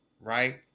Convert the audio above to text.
right